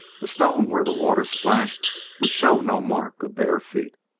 a stone where the water splashed would show no mark of bare feet.